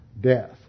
death